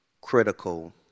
critical